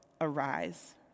arise